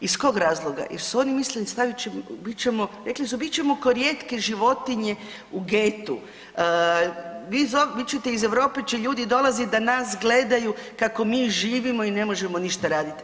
Iz kog razloga, jer su oni mislili, bit ćemo, rekli su bit ćemo ko rijetke životinje u getu, vi ćete, iz Europe će ljudi dolaziti da nas gledaju kako mi živimo i ne možemo ništa raditi.